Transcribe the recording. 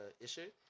issue